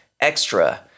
Extra